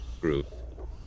group